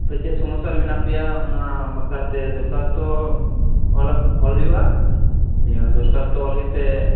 ᱟᱯᱮ ᱪᱮᱫ ᱥᱚᱢᱚᱥᱥᱭᱟ ᱨᱮ ᱢᱮᱱᱟᱜ ᱯᱮᱭᱟ ᱚᱱᱟ ᱵᱟᱠᱷᱨᱟᱛᱮ ᱫᱚᱨᱠᱷᱟᱥᱛᱚ ᱚᱞᱟ ᱚᱞ ᱦᱩᱭᱩᱜ ᱟ ᱱᱤᱭᱟᱹ ᱫᱚᱨᱠᱷᱟᱥᱛᱚ ᱚᱞ ᱠᱟᱛᱮᱫ